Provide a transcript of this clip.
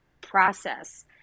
process